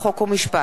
חוק ומשפט.